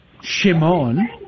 Shimon